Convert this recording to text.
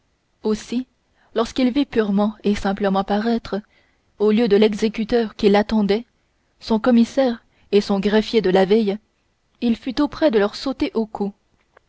aussi lorsqu'il vit purement et simplement paraître au lieu de l'exécuteur qu'il attendait son commissaire et son greffier de la veille il fut tout près de leur sauter au cou